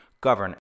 govern